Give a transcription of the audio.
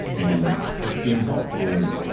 and the results were,